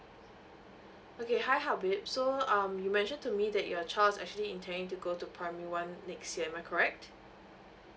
okay hi habib so um you mentioned to me that your child is actually intending to go to primary one next year am I correct